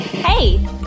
Hey